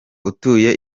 utuye